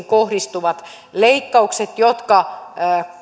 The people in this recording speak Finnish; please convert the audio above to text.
kohdistuvat leikkaukset jotka